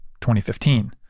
2015